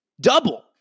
double